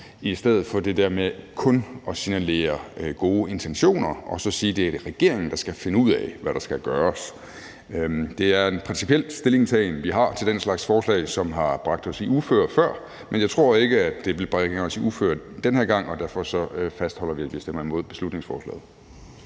i stedet for det der med kun at signalere gode intentioner og så sige, at det er regeringen, der skal finde ud af, hvad der skal gøres. Det er en principiel stillingtagen, vi har til den slags forslag, som har bragt os i uføre før, men jeg tror ikke, at det vil bringe os i uføre den her gang, og derfor fastholder vi, at vi stemmer mod beslutningsforslaget.